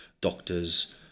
doctors